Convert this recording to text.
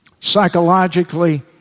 Psychologically